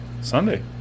Sunday